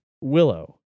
Willow